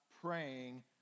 praying